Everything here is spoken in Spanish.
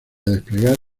desplegar